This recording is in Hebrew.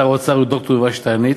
שר האוצר ד"ר יובל שטייניץ,